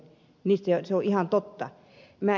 se on ihan totta